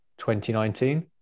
2019